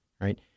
right